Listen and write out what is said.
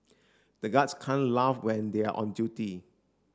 the guards can't laugh when they are on duty